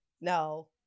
No